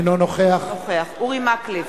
אינו נוכח אורי מקלב,